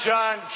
John